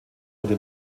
wurde